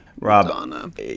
Rob